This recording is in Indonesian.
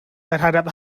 terhadap